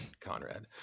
Conrad